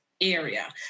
area